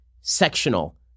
sectional